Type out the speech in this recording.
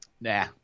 Nah